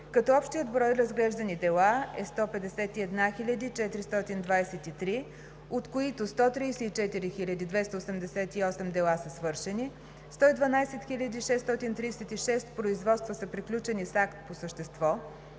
като обшият брой разглеждани дела е 151 423, от които 134 288 дела са свършени, 112 636 производства са приключени с акт по същество,